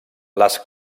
les